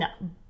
No